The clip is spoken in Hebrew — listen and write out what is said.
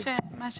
מה שהקראנו.